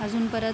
अजून परत